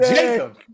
Jacob